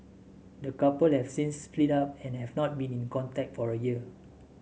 the couple have since split up and have not been in contact for a year